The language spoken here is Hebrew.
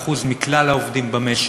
ל-15% מכלל העובדים במשק.